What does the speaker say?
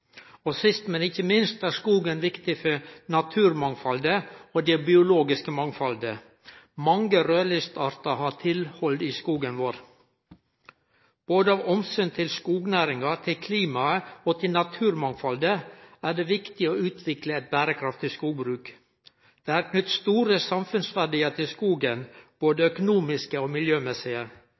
Og sist, men ikkje minst, er skogen viktig for naturmangfaldet og det biologiske mangfaldet. Mange raudlisteartar har tilhald i skogen vår. Både av omsyn til skognæringa, til klimaet og til naturmangfaldet er det viktig å utvikle eit berekraftig skogbruk. Det er knytt store samfunnsverdiar til skogen, både økonomiske og miljømessige.